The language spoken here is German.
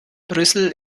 brüssel